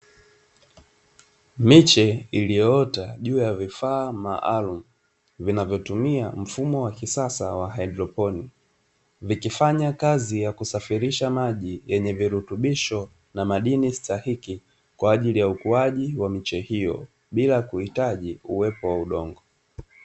Miche iliyoota juu ya vifaa maalumu vinavyotumia mfumo wa kisasa wa haidroponi, vikifanya kazi ya kusafirisha maji yenye virutubisho na madini stahiki kwa ajili ya ukuaji wa miche hiyo bila kuhitaji uwepo wa udongo.